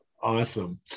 Awesome